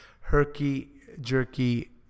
herky-jerky